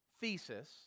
thesis